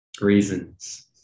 reasons